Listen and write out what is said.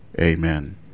Amen